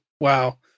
Wow